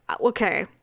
okay